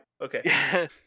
Okay